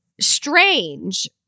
strange